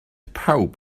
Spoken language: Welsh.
pawb